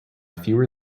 fewer